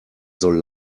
soll